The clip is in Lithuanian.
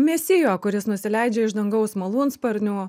mesijo kuris nusileidžia iš dangaus malūnsparniu